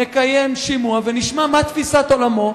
נקיים שימוע ונשמע מה תפיסת עולמו,